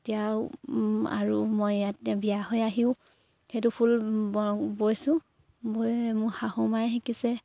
এতিয়া আৰু আৰু মই ইয়াতে বিয়া হৈ আহিও সেইটো ফুল বৈছোঁ বৈ মোৰ শাহুমাই শিকিছে